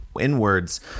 inwards